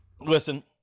Listen